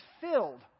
filled